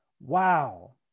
Wow